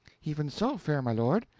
even so, fair my lord.